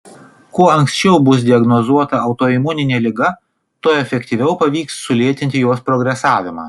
kuo anksčiau bus diagnozuota autoimuninė liga tuo efektyviau pavyks sulėtinti jos progresavimą